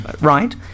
right